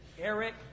Eric